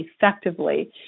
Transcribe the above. effectively